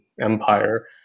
empire